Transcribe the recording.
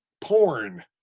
porn